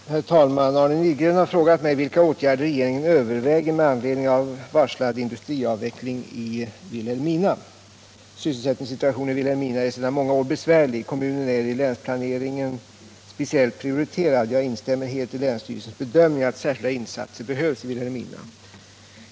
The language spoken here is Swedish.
Herr talman! Arne Nygren har frågat mig vilka åtgärder regeringen överväger med anledning av varslad industriavveckling i Vilhelmina. Sysselsättningssituationen i Vilhelmina är sedan många år besvärlig. Kommunen är i länsplaneringen speciellt prioriterad. Jag instämmer helt i länsstyrelsens bedömning att särskilda insatser behövs i Vilhelmina.